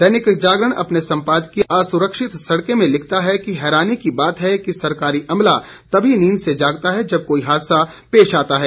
दैनिक जागरण अपने सम्पादकीय असुरक्षित सड़कें में लिखता है कि हैरानी की बात है कि सरकारी अमला तमी नींद से जागता है जब कोई हादसा पेश आता है